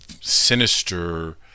sinister